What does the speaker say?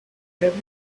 have